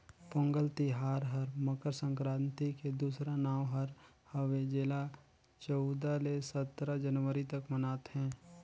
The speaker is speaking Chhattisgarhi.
पोगंल तिहार हर मकर संकरांति के दूसरा नांव हर हवे जेला चउदा ले सतरा जनवरी तक मनाथें